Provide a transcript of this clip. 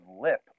lip